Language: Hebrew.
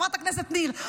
חברת הכנסת ניר,